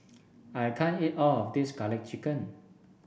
I can't eat all of this garlic chicken